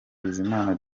bizimana